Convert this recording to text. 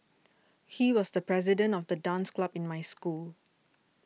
he was the president of the dance club in my school